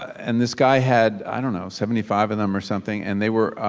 and this guy had you know seventy five in them or something, and they were